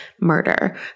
murder